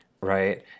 right